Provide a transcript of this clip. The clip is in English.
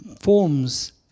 forms